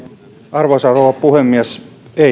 arvoisa rouva puhemies ei